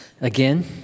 Again